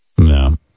No